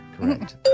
Correct